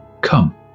Come